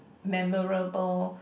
memorable